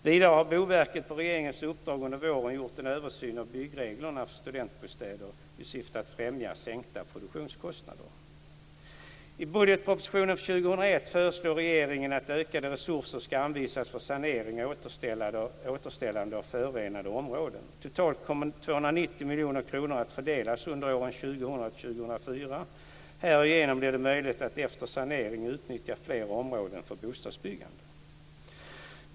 Vidare har Boverket på regeringens uppdrag under våren gjort en översyn av byggreglerna för studentbostäder i syfte att främja sänkta produktionskostnader. I budgetpropositionen för år 2001 föreslår regeringen att ökade resurser ska anvisas för sanering och återställande av förorenade områden. Totalt kommer 2004. Härigenom blir det möjligt att efter sanering utnyttja fler områden för bostadsbyggande.